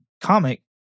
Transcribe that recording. comic